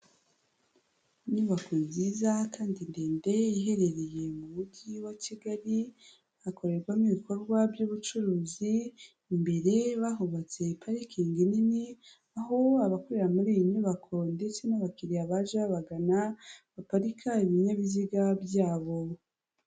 Inyubako nziza kandi ndende, iherereye mu mujyi wa kigali, hakorerwamo ibikorwa by'ubucuruzi; imbere bahubatse parikingi nini, aho abakorera muri iyi nyubako ndetse n'abakiriya baje babagana baparika ibinyabiziga byabo.